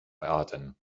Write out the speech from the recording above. baden